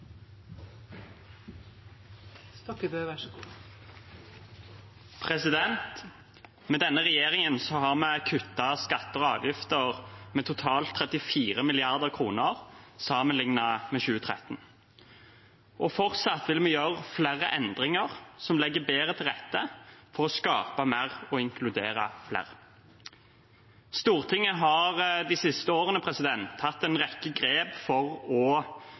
Med denne regjeringen har vi kuttet skatter og avgifter med totalt 34 mrd. kr, sammenlignet med 2013. Fortsatt vil vi gjøre flere endringer som legger bedre til rette for å skape mer og inkludere flere. Stortinget har de siste årene tatt en rekke grep for å